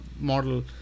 model